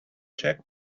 cheque